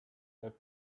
had